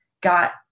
got